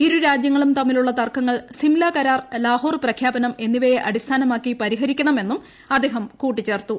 ഇരുരാജ്യങ്ങളും തമ്മിലുള്ള തർക്കങ്ങൾ സിംല കരാർ ലാഹോർ പ്രഖ്യാപനം എന്നിവയെ അടിസ്ഥാനമാക്കി പരിഹരിക്കണമെന്നും അദ്ദേഹം കൂട്ടിച്ചേർത്തു